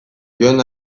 jon